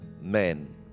men